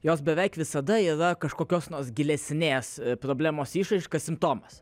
jos beveik visada yra kažkokios nors gilesnės problemos išraiška simptomas